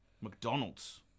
McDonald's